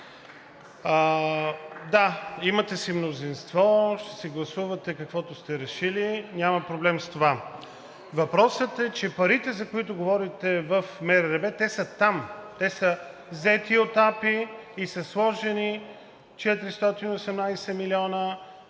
Да, имате си мнозинство – ще си гласувате каквото сте решили, няма проблем с това. Въпросът е, че парите, за които говорите в МРРБ – те са там, те са взети от АПИ и са сложени – 418 милиона